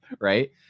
right